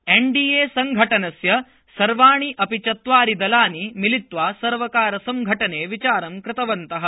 एनडीएसङ्घटनस्य सर्वाणि अपि चत्वारि दलानि मिलित्वा सर्वकारसङ्घटने विचारं कृतवन्तः